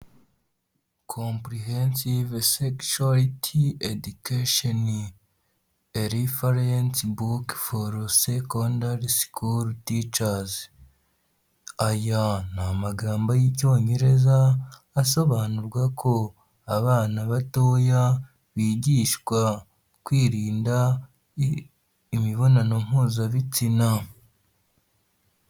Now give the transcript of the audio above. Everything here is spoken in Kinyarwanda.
Comprehensive sexuality education, a reference book for secondary school teachers. Aya ni amagambo y'icyongereza asobanurwa ko abana batoya bigishwa kwirinda imibonano mpuza bitsina.